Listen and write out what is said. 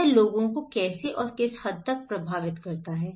यह लोगों को कैसे और किस हद तक प्रभावित करता है